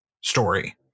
story